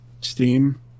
Steam